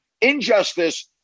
injustice